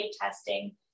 testing